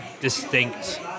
distinct